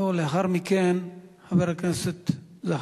הצעה לסדר-היום מס' 8810. לאחר מכן חבר הכנסת זחאלקה,